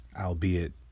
albeit